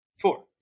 four